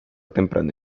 temprana